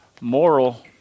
Moral